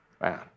Man